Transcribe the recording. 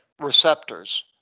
receptors